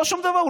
לא שום דבר,